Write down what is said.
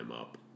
up